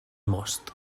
most